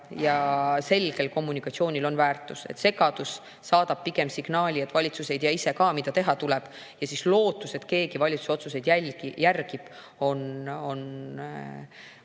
ja selgel kommunikatsioonil on väärtus. Segadus saadab pigem signaali, et valitsus ei tea ise ka, mida teha tuleb, ja siis lootus, et keegi valitsuse otsuseid järgib, on osaliselt